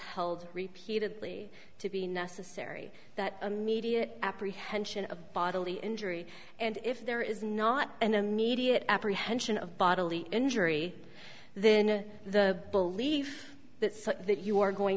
held repeatedly to be necessary that immediate apprehension of bodily injury and if there is not an immediate apprehension of bodily injury then the believe that such that you are going